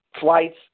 flights